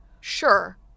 Sure